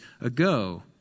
ago